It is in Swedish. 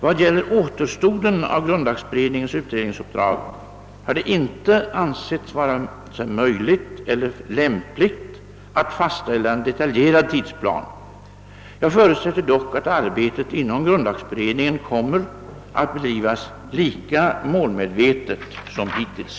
Vad gäller återstoden av grundlagberedningens utredningsuppdrag har det inte ansetts vare sig möjligt eller lämpligt att fastställa en detaljerad tidsplan. Jag förutsätter dock att arbetet inom grundlagberedningen kommer att bedrivas lika målmedvetet som hittills.